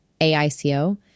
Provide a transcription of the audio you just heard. AICO